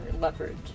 leverage